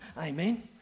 ...amen